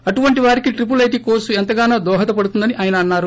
అటువంటి వారికి triple IT కొర్పు ఎంతగానో దోహదపడుతుందని ఆయన అన్నారు